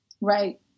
Right